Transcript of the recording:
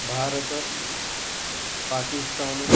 भारतम् पाकिस्तान्